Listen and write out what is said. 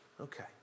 okay